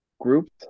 Groups